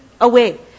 away